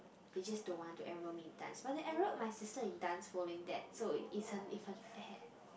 they just don't want to enroll me in dance but they enrolled my sister in dance following that so is un~ is unfair